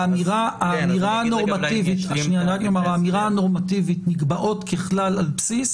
האמירה הנורמטיבית: "נקבעות ככלל על בסיס"